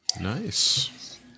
nice